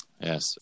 Yes